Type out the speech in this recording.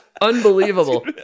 unbelievable